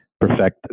perfect